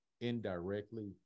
indirectly